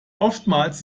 oftmals